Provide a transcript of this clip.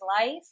life